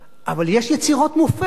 אבל יש יצירות מופת.